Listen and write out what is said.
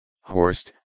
Horst